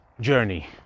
journey